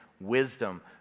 wisdom